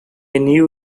new